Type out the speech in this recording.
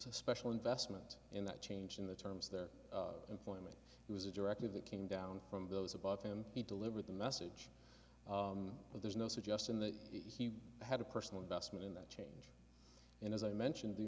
special investment in that change in the terms of the employment it was a directive that came down from those above him he delivered the message but there's no suggestion that he had a personal investment in that chain and as i mentioned the